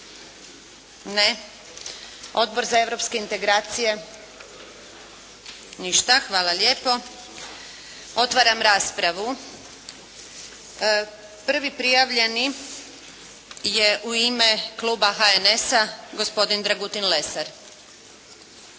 Ne. Odbor za europske integracije? Ništa, hvala lijepo. Otvaram raspravu. Prvi prijavljeni je u ime Kluba HNS-a, gospodin Dragutin Lesar.